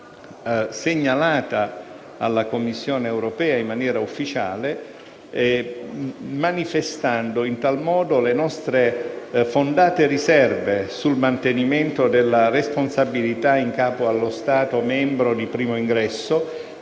segnalata alla Commissione europea in maniera ufficiale, manifestando in tal modo le nostre fondate riserve sul mantenimento della responsabilità in capo allo Stato membro di primo ingresso